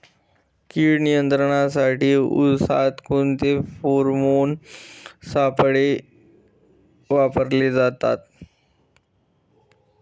कीड नियंत्रणासाठी उसात कोणते फेरोमोन सापळे वापरले जातात?